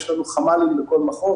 יש לנו חמ"לים בכל מחוז,